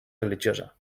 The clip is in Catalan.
religiosa